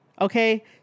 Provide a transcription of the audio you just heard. Okay